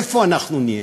איפה אנחנו נהיה?